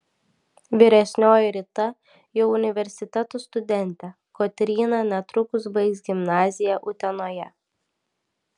vyresnioji rita jau universiteto studentė kotryna netrukus baigs gimnaziją utenoje